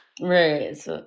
Right